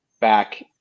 back